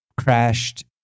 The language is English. crashed